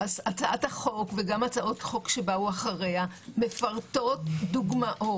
הצעת החוק וגם הצעות חוק שבאו אחריה מפרטות דוגמות.